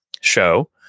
show